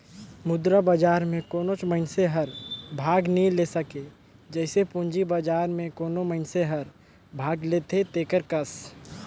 मुद्रा बजार में कोनोच मइनसे हर भाग नी ले सके जइसे पूंजी बजार में कोनो मइनसे हर भाग लेथे तेकर कस